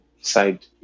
side